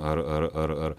ar ar ar ar